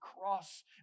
cross